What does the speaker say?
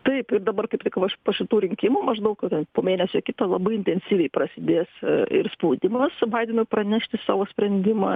taip ir dabar kaip tik va po šitų rinkimų maždaug po mėnesio kito labai intensyviai prasidės ir spaudimas baidenui pranešti savo sprendimą